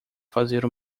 fazer